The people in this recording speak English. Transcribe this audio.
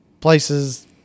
places